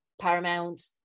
Paramount